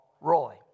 Roy